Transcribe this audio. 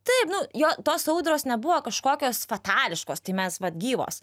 taip nu jo tos audros nebuvo kažkokios fatališkos tai mes vat gyvos